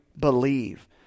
believe